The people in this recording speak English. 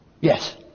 Yes